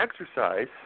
exercise